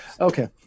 okay